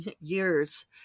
years